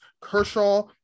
Kershaw